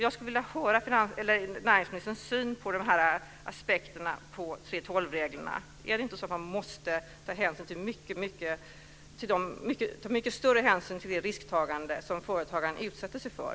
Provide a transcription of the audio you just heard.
Jag skulle alltså vilja höra hur näringsministern ser på dessa aspekter på 3:12-reglerna. Är det inte så att mycket större hänsyn måste tas till det risktagande som företagaren utsätter sig för?